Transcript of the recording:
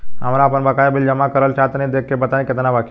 हमरा आपन बाकया बिल जमा करल चाह तनि देखऽ के बा ताई केतना बाकि बा?